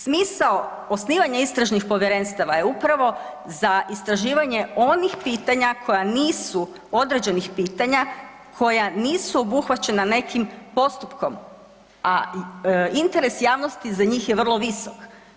Smisao osnivanja istražnih povjerenstava je upravo za istraživanje onih pitanja koja nisu, određenih pitanja koja nisu obuhvaćena nekim postupkom, a interes javnosti za njih je vrlo visok.